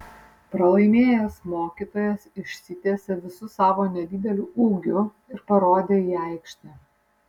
pralaimėjęs mokytojas išsitiesė visu savo nedideliu ūgiu ir parodė į aikštę